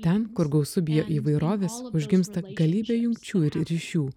ten kur gausu bioįvairovės užgimsta galybė jungčių ir ryšių